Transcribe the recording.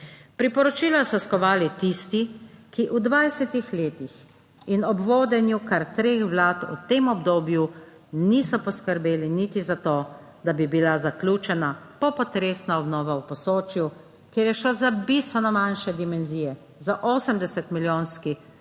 Priporočila so skovali tisti, ki v 20. letih in ob vodenju kar treh vlad v tem obdobju niso poskrbeli niti za to, da bi bila zaključena popotresna obnova v Posočju, kjer je šlo za bistveno manjše dimenzije, za 80 milijonski